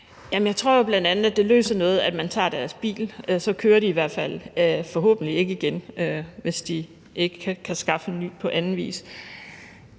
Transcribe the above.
Jeg tror jo bl.a., at det løser noget, at man tager deres bil. Så kører de i hvert fald forhåbentlig ikke igen, hvis ikke de kan skaffe en ny på anden vis.